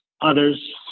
Others